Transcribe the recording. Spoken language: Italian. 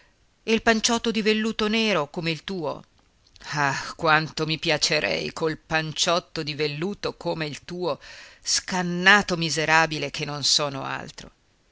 il panciotto di velluto nero come il tuo ah quanto mi piacerei col panciotto di velluto come il tuo scannato miserabile che non sono altro